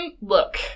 look